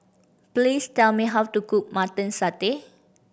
please tell me how to cook Mutton Satay